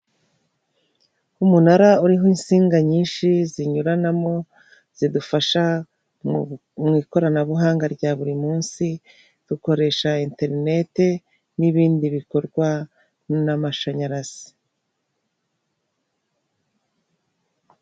Umunara uriho insinga nyinshi zinyuranamo, zidufasha mu ikoranabuhanga rya buri munsi, dukoresha interinete, n'ibindi bikorwa n'amashanyarazi.